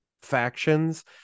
factions